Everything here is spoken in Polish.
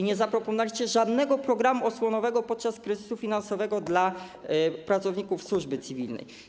Nie zaproponowaliście żadnego programu osłonowego podczas kryzysu finansowego dla pracowników służby cywilnej.